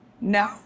No